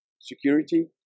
security